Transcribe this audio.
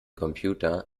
computer